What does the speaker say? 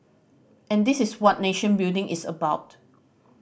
and this is what nation building is about